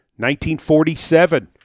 1947